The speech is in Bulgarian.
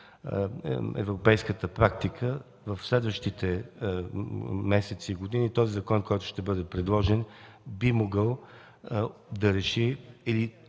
европейската практика в следващите месеци и години този закон, който ще бъде предложен, би могъл да реши или